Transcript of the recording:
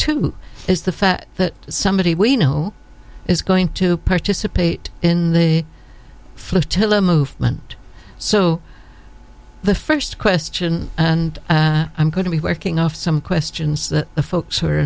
too is the fact that somebody we know is going to participate in the flick till a movement so the first question and i'm going to be working off some questions that the folks who are